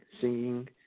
singing